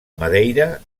madeira